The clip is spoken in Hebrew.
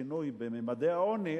השינוי בממדי העוני.